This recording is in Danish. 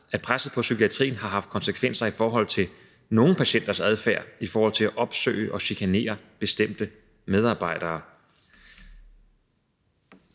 at presset på psykiatrien har haft konsekvenser i forhold til nogle patienters adfærd i forhold til at opsøge og chikanere bestemte medarbejdere.